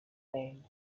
and